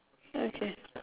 okay